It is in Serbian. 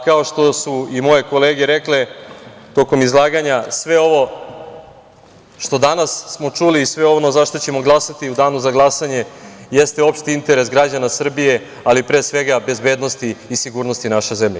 Kao što su i moje kolege rekle tokom izlaganja sve ovo što smo danas čuli i sve ono za šta ćemo glasati u danu za glasanje jeste opšti interes građana Srbije, ali pre svega bezbednosti i sigurnosti naše zemlje.